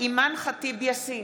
אימאן ח'טיב יאסין,